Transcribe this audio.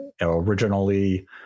Originally